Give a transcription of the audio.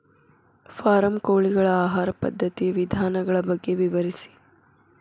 form ಕೋಳಿಗಳ ಆಹಾರ ಪದ್ಧತಿಯ ವಿಧಾನಗಳ ಬಗ್ಗೆ ವಿವರಿಸಿ